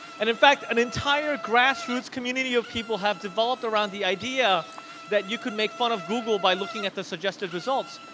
and, in fact an entire grassroots community of people have developed around about the idea that you could make fun of google by looking at the suggested results,